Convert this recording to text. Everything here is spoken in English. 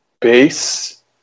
base